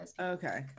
Okay